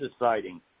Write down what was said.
deciding